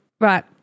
Right